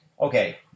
Okay